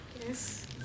Yes